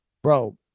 Bro